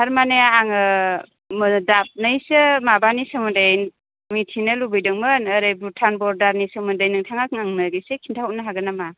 थारमानि आङो दाबनैसो माबानि सोमोन्दै मिथिनो लुबैदोंमोन ओरै भुटान बरदारनि सोमोन्दै नोंथाङा आंनो इसे खिन्थाहरनो हागोन नामा